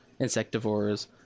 insectivores